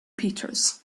peters